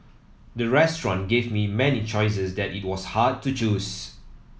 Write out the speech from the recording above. the restaurant gave me many choices that it was hard to choose